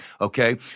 okay